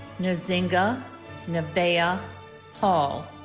nzinga nevaeh ah hall